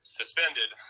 suspended